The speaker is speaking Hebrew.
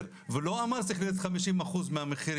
והוא לא אמר שזה צריך להיות כ-50% מהמחירים.